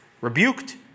Rebuked